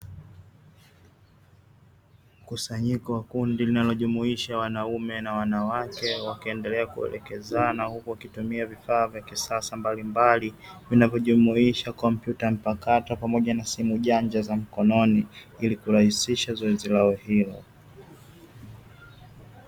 Mkusanyiko wa kundi linalojumuisha wanaume na wanawake wakiendelea kuelekezana huku wakitumia vifaa vya kisasa mbalimbali vinavyojumuisha kompyuta mpakato pamoja na simu janja za mkononi ili kurahisisha zoezi lao hilo.